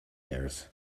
years